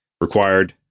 required